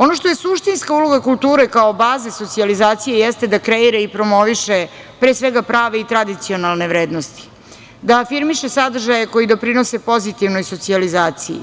Ono što je suštinska uloga kulture kao baze socijalizacije jeste da kreira i promoviše prave i tradicionalne vrednosti, da afirmiše sadržaje koji doprinose pozitivnoj socijalizaciji,